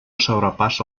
sobrepassa